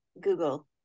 Google